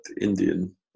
Indian